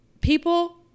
people